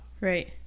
Right